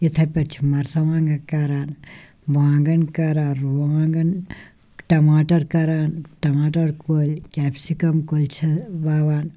یِتھَے پٲٹھۍ چھِ مَرژٕوانٛگَن کران وانٛگَن کران رُوانٛگَن ٹماٹَر کران ٹماٹَر کُلۍ کٮ۪پسِکَم کُلۍ چھِ وَوان